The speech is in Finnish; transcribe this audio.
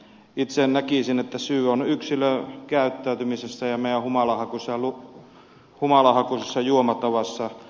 itse näkisin että syy on yksilökäyttäytymisessä ja meidän humalahakuisessa juomatavassamme